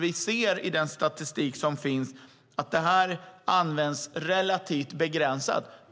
Vi ser i den statistik som finns att detta används relativt begränsat.